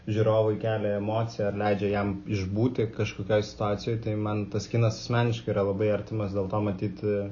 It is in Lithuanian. žiūrovui kelia emociją ar leidžia jam išbūti kažkokioj situacijoj tai man tas kinas asmeniškai yra labai artimas dėl to matyt